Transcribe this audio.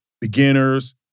Beginners